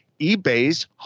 eBay's